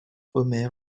omer